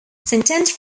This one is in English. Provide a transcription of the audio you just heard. sentence